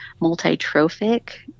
multi-trophic